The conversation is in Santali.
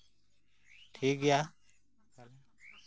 ᱴᱷᱤᱠ ᱜᱮᱭᱟ